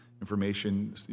information